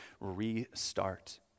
restart